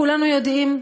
כולנו יודעים,